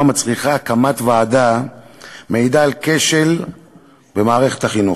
מצריכה הקמת ועדה מעידה על כשל במערכת החינוך.